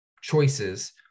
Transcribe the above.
choices